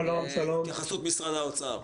להתייחסות משרד האוצר.